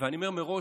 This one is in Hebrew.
ואני אומר מראש,